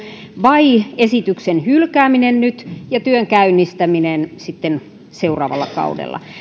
vai esityksen hylkääminen nyt ja työn käynnistäminen sitten seuraavalla kaudella